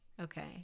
okay